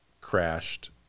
crashed